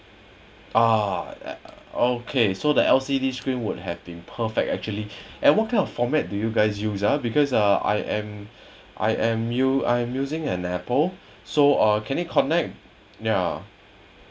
ah uh okay so the L_C_D screen would have been perfect actually and what kind of format do you guys use ah because uh I am I am use I'm using an apple so uh can it connect yeah